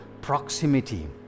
Proximity